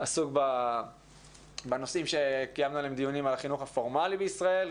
עשו בנושאים שקיימנו עליהם דיונים על החינוך הפורמלי בישראל,